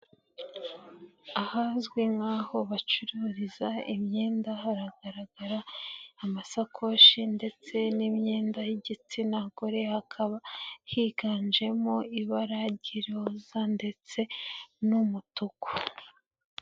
Ahazwi nk'aho bacururiza imyenda, haragaragara amasakoshi ndetse n'imyenda y'igitsina gore, hakaba higanjemo ibara ry'iroza ndetse n'umutuku.